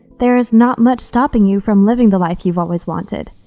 there is not much stopping you from living the life you've always wanted,